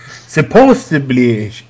Supposedly